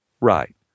Right